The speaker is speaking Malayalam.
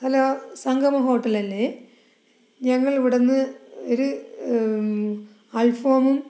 ഹലോ സംഗമം ഹോട്ടൽ അല്ലേ ഞങ്ങൾ അവിടുന്ന് ഒരു അൽഫാമും